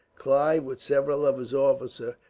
clive, with several of his officers,